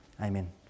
Amen